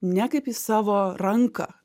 ne kaip į savo ranką